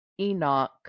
Enoch